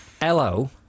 hello